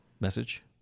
message